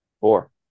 four